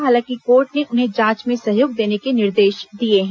हालांकि कोर्ट ने उन्हें जांच में सहयोग देने के निर्देश दिए हैं